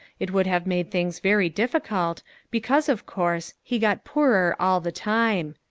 it would have made things very difficult because, of course, he got poorer all the time.